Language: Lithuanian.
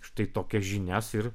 štai tokias žinias ir